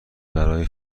برای